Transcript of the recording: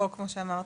או כפי שאמרת,